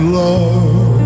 love